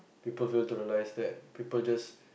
people fail to realise that people just